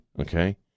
okay